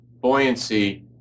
buoyancy